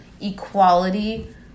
equality